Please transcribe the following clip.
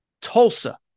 Tulsa